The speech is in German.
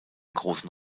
großen